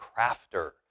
crafter